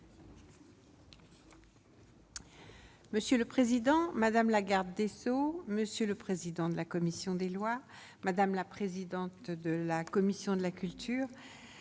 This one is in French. Monsieur le président, madame la garde des Sceaux, monsieur le président de la commission des lois, madame la présidente de la commission de la culture,